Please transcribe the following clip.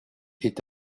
est